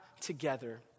together